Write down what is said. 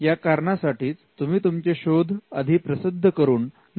या कारणासाठीच तुम्ही तुमचे शोध आधी प्रसिद्ध करून नंतर पेटंटसाठी अर्ज करू शकत नाही